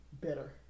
better